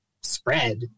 spread